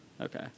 Okay